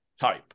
type